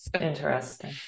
interesting